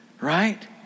right